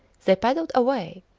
they paddled away,